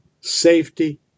safety